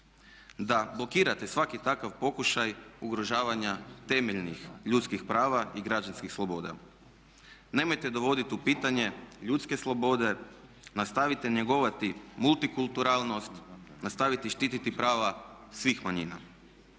da blokirate svaki takav pokušaj ugrožavanja temeljnih ljudskih prava i građanskih sloboda. Nemojte dovoditi u pitanje ljudske slobode, nastavite njegovati multikulturalnost, nastavite štititi prava svih manjina.